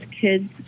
kids